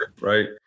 Right